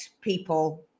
people